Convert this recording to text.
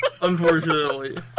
Unfortunately